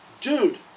dude